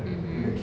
mmhmm